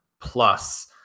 plus